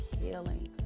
healing